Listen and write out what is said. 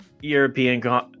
European